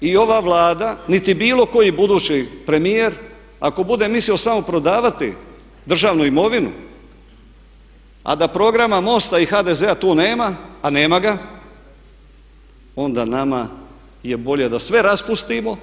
I ova Vlada niti bilo koji budući premijer ako bude mislio samo prodavati državnu imovinu, a da programa MOST-a i HDZ-a tu nema, a nema ga, onda nama je bolje da sve raspustimo.